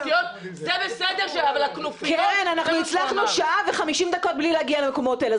עברנו שעה ו-50 דקות בלי להגיע למקומות האלה,